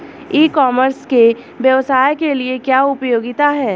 ई commerce के व्यवसाय के लिए क्या उपयोगिता है?